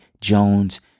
Jones